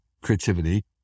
creativity